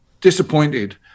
disappointed